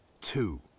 Two